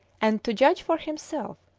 and, to judge for himself,